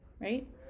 right